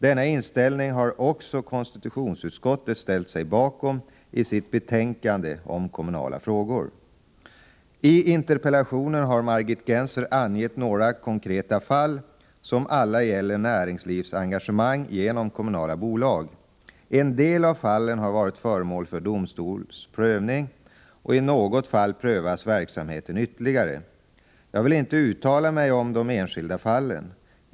Denna inställning har också konstitutionsutskottet ställt sig bakom i sitt betänkande om kommunala frågor . I interpellationen har Margit Gennser angett några konkreta fall som alla gäller näringslivsengagemang genom kommunala bolag. En del av fallen har varit föremål för domstolsprövning, och i något fall prövas verksamheten ytterligare. Jag vill inte uttala mig om de enskilda fallen.